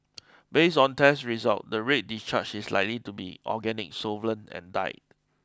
based on test results the red discharge is likely to be organic solvent and dye